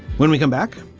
when we come back,